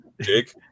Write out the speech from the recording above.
Jake